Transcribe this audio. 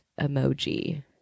emoji